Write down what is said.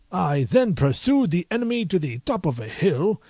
i then pursued the enemy to the top of a hill,